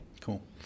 Cool